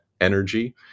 energy